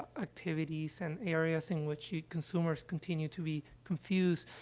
activities and areas in which consumers continue to be confused,